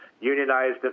unionized